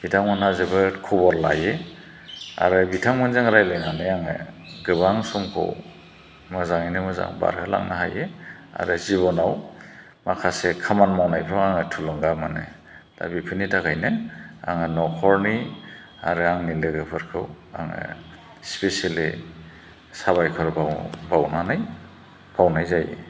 बिथांमोनहा जोबोद खबर लायो आरो बिथांमोनजों रायज्लायनानै आङो गोबां समखौ मोजाङैनो मोजां बारहोलांनो हायो आरो जिबनाव माखासे खामानि मावनायफोराव आङो थुलुंगा मोनो दा बेफोरनि थाखायनो आङो न'खरनि आरो आंनि लोगोफोरखौ आङो स्पिसियेलि साबायखर बावनाय जायो